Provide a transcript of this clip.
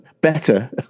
better